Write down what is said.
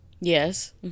yes